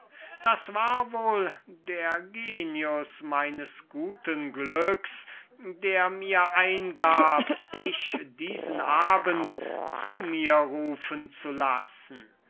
das war wohl der genius meines guten glücks der mir eingab daß ich dich diesen abend zu mir rufen lassen